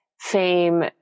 fame